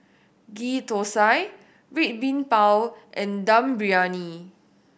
Ghee Thosai Red Bean Bao and Dum Briyani